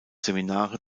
seminare